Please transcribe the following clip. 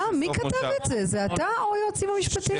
מי כתב את זה, זה אתה או היועצים המשפטיים?